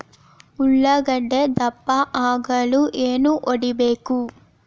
ಉಳ್ಳಾಗಡ್ಡೆ ದಪ್ಪ ಆಗಲು ಏನು ಹೊಡಿಬೇಕು?